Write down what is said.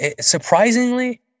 surprisingly